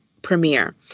premiere